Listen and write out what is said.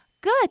Good